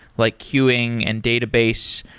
like queuing and database,